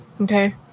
Okay